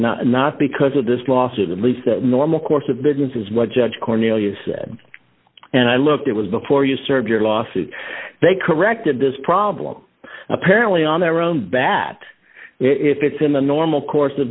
not not because of this lawsuit at least the normal course of business is what judge cornelius said and i looked it was before you served your lawsuit they corrected this problem apparently on their own bat if it's in the normal course of